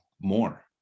more